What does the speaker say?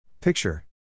Picture